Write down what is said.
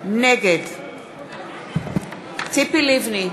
נגד ציפי לבני,